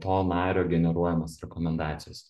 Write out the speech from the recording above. to nario generuojamos rekomendacijos